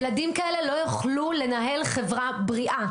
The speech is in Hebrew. ילדים כאלה לא יוכלו לנהל חברה בריאה.